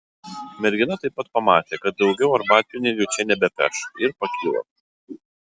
mergina taip pat pamatė kad daugiau arbatpinigių čia nebepeš ir pakilo